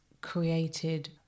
created